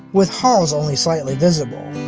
with haws only slightly visible.